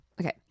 Okay